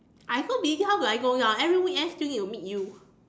I so busy how do I go down every weekend still need to meet you